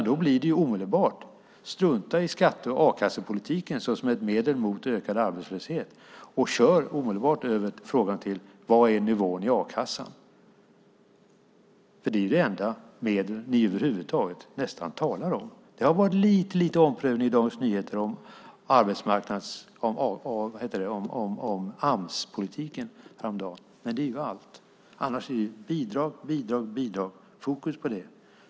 Då kommer ni att strunta i skattepolitiken och a-kassepolitiken som medel mot ökad arbetslöshet och omedelbart lägga över frågan till vilken nivå a-kassan har. Det är nästan det enda medel ni talar om. Det var lite omprövning av Amspolitiken i Dagens Nyheter häromdagen, men det är allt. Annars är det fokus på bidrag, bidrag och bidrag.